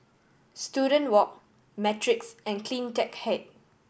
Student Walk Matrix and Cleantech Height